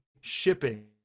shipping